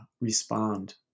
respond